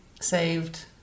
saved